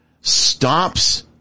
stops